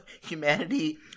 humanity